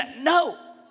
No